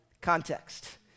context